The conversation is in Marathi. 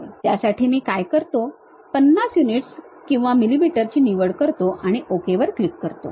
त्यासाठी मी काय करतो 50 युनिट्स किंवा मिलीमीटर ची निवड करतो आणि ओके वर क्लिक करतो